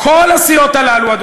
כל הסיעות האלה,